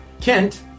Kent